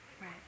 Right